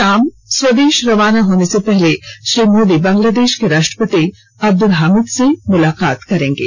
शाम को स्वदेश रवाना होने से पहले श्री मोदी बांग्लादेश के राष्ट्रपति अब्दुल हामिद से मुलाकात करेंगे